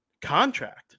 contract